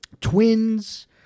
Twins